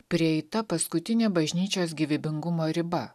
prieita paskutinė bažnyčios gyvybingumo riba